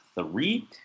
three